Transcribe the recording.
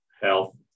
health